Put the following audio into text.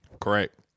Correct